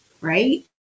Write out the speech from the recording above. Right